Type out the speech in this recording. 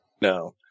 No